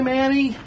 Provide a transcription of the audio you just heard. Manny